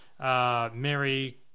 Mary